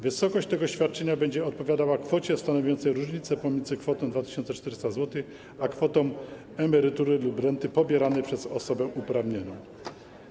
Wysokość tego świadczenia będzie odpowiadała kwocie stanowiącej różnicę pomiędzy kwotą 2400 zł a kwotą emerytury lub renty pobieranej przez osobę uprawnioną.